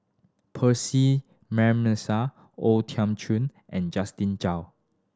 Percy McNeice O Thiam Chin and Justin Zhao